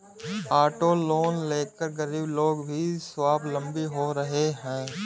auto loan लेकर गरीब लोग भी स्वावलम्बी हो रहे हैं